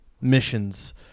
missions